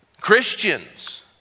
Christians